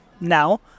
now